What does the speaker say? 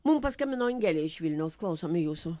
mum paskambino angelė iš vilniaus klausome jūsų